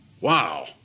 Wow